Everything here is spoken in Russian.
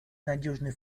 надежный